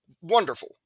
wonderful